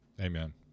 Amen